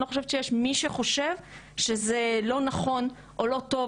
לא חושבת שיש מי שחושב שזה לא נכון או לא טוב,